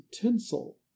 tinsel